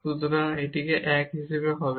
সুতরাং এটি 1 হিসাবে হবে